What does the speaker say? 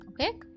okay